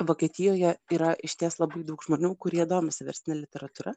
vokietijoje yra išties labai daug žmonių kurie domisi verstine literatūra